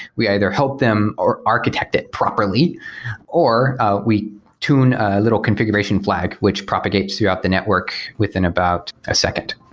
we either help them or architect it properly or we tune a little configuration flag which propagates throughout the network within about a second.